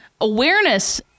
awareness